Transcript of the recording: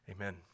Amen